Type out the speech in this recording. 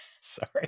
Sorry